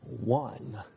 one